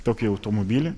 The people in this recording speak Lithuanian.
tokį automobilį